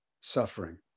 suffering